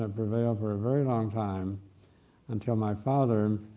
ah prevailed for a very long time until my father